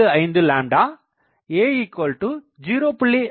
5 b0